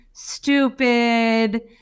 Stupid